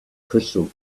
crystal